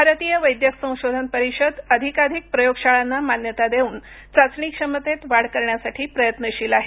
भारतीय वैद्यक संशोधन परिषद अधिकाधिक प्रयोगशाळांना मान्यता देऊन चाचणी क्षमतेत वाढ करण्यासाठी प्रयत्नशील आहे